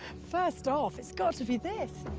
first off, it's got to be this.